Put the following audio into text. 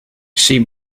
she